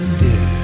dear